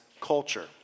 culture